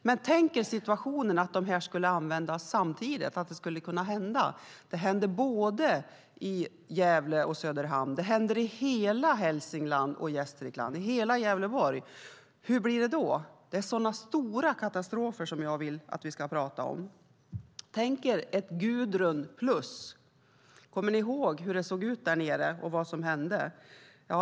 Men tänk er en situation att detta skulle hända samtidigt på flera ställen, både i Gävle och i Söderhamn, i hela Hälsingland och i Gästrikland, i hela Gävleborg. Hur blir det då? Det är sådana stora katastrofer som jag vill att vi ska prata om. Tänk er ett Gudrun plus! Kommer ni ihåg hur det såg ut där nere och vad som hände?